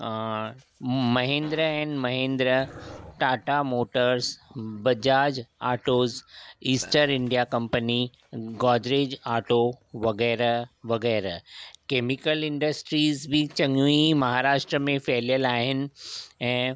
Mahendra and Mahindra Tata Motors Bajaj Autos East India company Godrej auto वग़ैरह वग़ैरह chemical industries बि चङियूं ई महाराष्ट्रा में फहिलियलु आहिनि ऐं